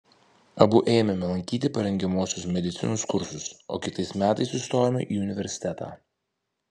abu ėmėme lankyti parengiamuosius medicinos kursus o kitais metais įstojome į universitetą